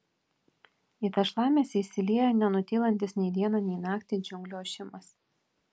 į tą šlamesį įsilieja nenutylantis nei dieną nei naktį džiunglių ošimas